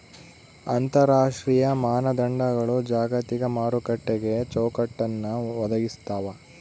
ಅಂತರರಾಷ್ಟ್ರೀಯ ಮಾನದಂಡಗಳು ಜಾಗತಿಕ ಮಾರುಕಟ್ಟೆಗೆ ಚೌಕಟ್ಟನ್ನ ಒದಗಿಸ್ತಾವ